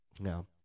No